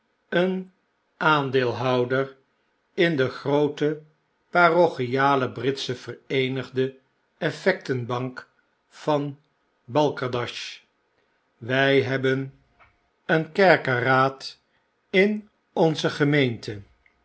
een aandeelhouder in de groote parochiale britsche vereenigde effectenbank van balkerdash wy hebben een kerkeraad in onze gemeente